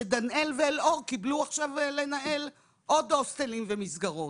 שדנאל ואל אור קבלו עכשיו לנהל עוד הוסטלים ומסגרות.